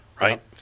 right